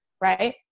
right